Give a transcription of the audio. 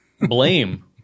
blame